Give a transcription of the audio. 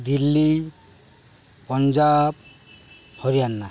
Delhi Punjab Haryana